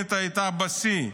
הפלסטינית הייתה בשיא.